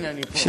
הנה אני פה.